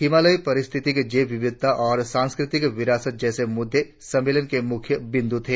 हिमालयी पारिथितिकी जैव विविधता और सांस्कृतिक विरासत जैसे मुद्दे सम्मेलन के मुख्य बिंदु हैं